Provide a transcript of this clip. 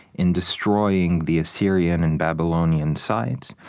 in destroying the assyrian and babylonian sites.